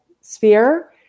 sphere